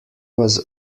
was